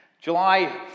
July